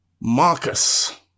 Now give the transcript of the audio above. Marcus